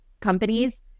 companies